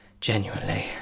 genuinely